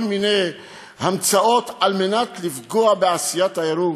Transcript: דורש כל מיני המצאות על מנת לפגוע בעשיית העירוב.